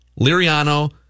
Liriano